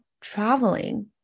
traveling